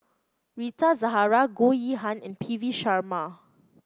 Rita Zahara Goh Yihan and P V Sharma